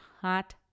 hot